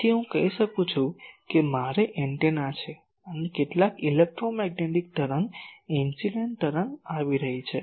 તેથી હું કહી શકું છું કે મારે એન્ટેના છે અને કેટલાક ઇલેક્ટ્રોમેગ્નેટિક તરંગ ઇન્સીડેંટ તરંગ આવી રહી છે